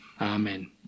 Amen